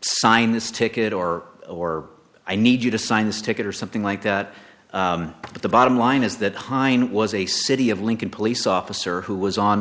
sign this ticket or or i need you to sign this ticket or something like that but the bottom line is that heine was a city of lincoln police officer who was on